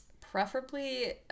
preferably